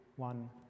one